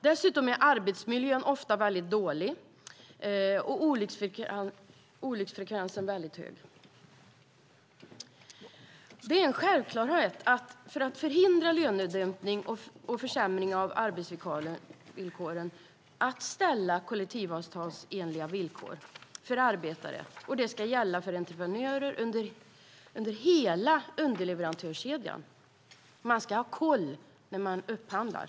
Dessutom är arbetsmiljön ofta väldigt dålig och olycksfrekvensen väldigt hög. För att förhindra lönedumpning och försämring av arbetsvillkoren är det en självklarhet att ställa krav på kollektivavtalsenliga villkor för arbetare. Kraven ska gälla för entreprenörer i hela underleverantörskedjan. Man ska ha koll när man upphandlar.